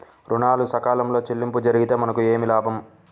ఋణాలు సకాలంలో చెల్లింపు జరిగితే మనకు ఏమి లాభం?